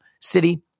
City